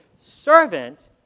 servant